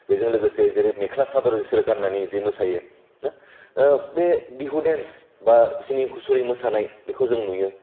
बेजों लोगोसे जेरै मेख्ला सादर बेसोर गानानै जे मोसायो ना बे बिहु डेनस बा बिसोरनि हुसुरि मोसानाय बेखौ जों नुयो